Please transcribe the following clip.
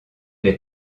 les